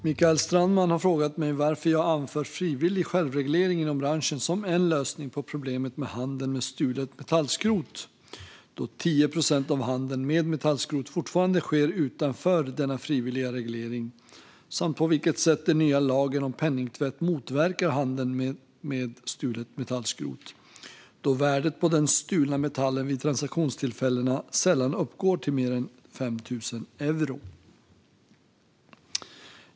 Mikael Strandman har frågat mig varför jag anför frivillig självreglering inom branschen som en lösning på problemet med handeln med stulet metallskrot då 10 procent av handeln med metallskrot fortfarande sker utanför denna frivilliga reglering, samt på vilket sätt den nya lagen om penningtvätt motverkar handeln med stulet metallskrot då värdet på den stulna metallen vid transaktionstillfällena sällan uppgår till mer än 5 000 euro.